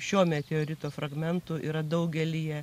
šio meteorito fragmentų yra daugelyje